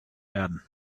werden